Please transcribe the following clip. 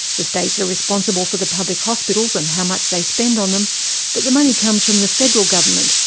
the states are responsible for the public hospitals and how much they spend on them but the money comes from the federal government,